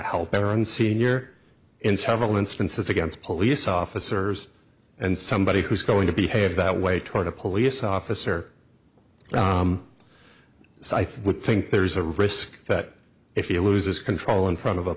help their own senior in several instances against police officers and somebody who's going to behave that way toward a police officer so i think would think there's a risk that if he loses control in front of a